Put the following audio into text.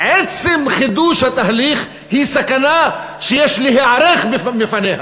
עצם חידוש התהליך הוא סכנה שיש להיערך בפניה.